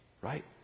Right